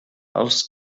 els